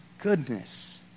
goodness